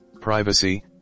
privacy